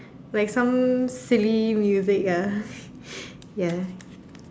like some silly music ya ya